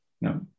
No